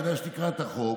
כדאי שתקרא את החוק.